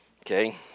Okay